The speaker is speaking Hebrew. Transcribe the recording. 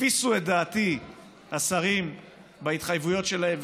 הפיסו את דעתי השרים בהתחייבויות שלהם,